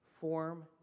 form